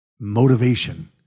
Motivation